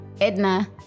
Edna